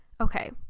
Okay